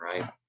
right